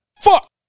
Fuck